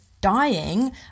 dying